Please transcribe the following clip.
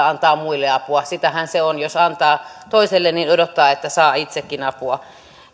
antaa muille apua sitähän se on jos antaa toiselle niin odottaa että saa itsekin apua